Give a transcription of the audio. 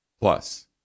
Plus